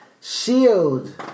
Shield